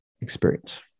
experience